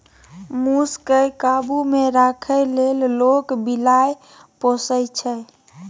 मुस केँ काबु मे राखै लेल लोक बिलाइ पोसय छै